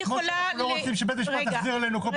כמו שאנחנו לא רוצים שבית משפט יחזיר לנו כל פעם את הכדור,